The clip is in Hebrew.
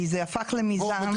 כי זה הפך למיזם נדל"ן.